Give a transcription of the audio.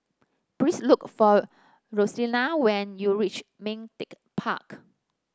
please look for Rosella when you reach Ming Teck Park